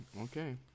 okay